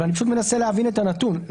אבל אני מנסה להבין את הנתון,